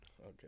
Okay